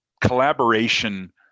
collaboration